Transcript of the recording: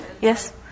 Yes